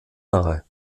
nahe